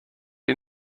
you